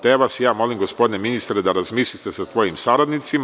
Te vas ja molim, gospodine ministre, da razmislite sa svojim saradnicima.